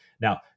Now